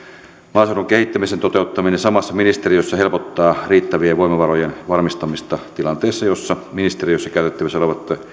maaseudun kehittämisen toteuttaminen samassa ministeriössä helpottaa riittävien voimavarojen varmistamista tilanteessa jossa ministeriössä käytettävissä olevat